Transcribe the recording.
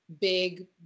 big